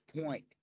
point